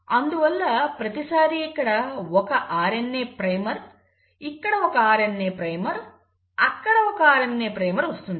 అందువల్ల ప్రతిసారి ఇక్కడ ఒక RNA ప్రైమర్ ఇక్కడ ఒక RNA ప్రైమర్ ఇక్కడ ఒక RNA ప్రైమర్ వస్తుంది